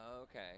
Okay